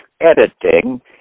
editing